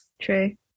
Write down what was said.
True